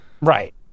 Right